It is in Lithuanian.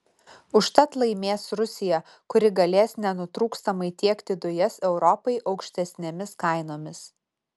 užtat laimės rusija kuri galės nenutrūkstamai tiekti dujas europai aukštesnėmis kainomis